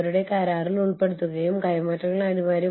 ലളിതമായ കാരണത്താൽ ആളുകൾ ലോകത്തിന്റെ വിവിധ ഭാഗങ്ങളിൽ നിന്ന് വരുന്നു